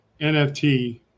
nft